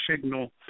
signal